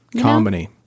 Comedy